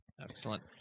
Excellent